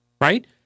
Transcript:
right